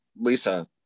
Lisa